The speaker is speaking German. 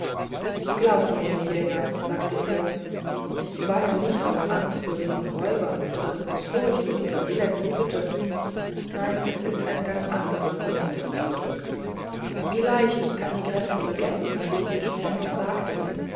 glaubt mir herr jäger sagte er ich weine nicht aus angst vor diesen räubern oder aus furcht vor dieser elenden hütte nein es ist ein ganz anderer kummer der mich drückt wie leicht kann die gräfin vergessen was ich ihr schnell noch sagte